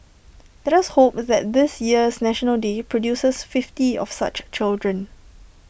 let us hope that this year's National Day produces fifty of such children